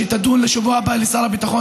שתידון בשבוע הבא עם שר הביטחון,